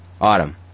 Autumn